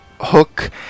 Hook